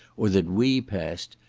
or that we passed,